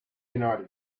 united